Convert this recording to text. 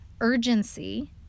urgency